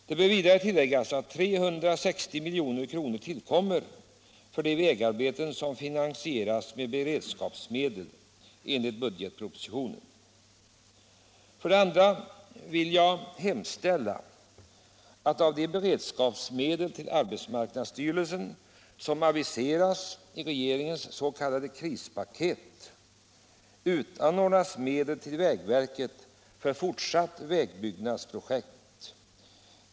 Det bör vidare tilläggas att 360 milj.kr. tillkommer för de vägarbeten som finansieras med beredskapsmedel enligt budgetpropositionen. För det andra vill jag hemställa att av de beredskapsmedel till arbetsmarknadsstyrelsen som aviserats i regeringens s.k. krispaket, utanordnas medel till vägverket för fortsatta vägbyggnadsprojekt.